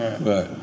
Right